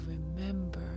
remember